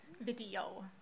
Video